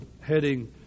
heading